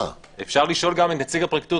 אפשר לשאול גם את נציג הפרקליטות,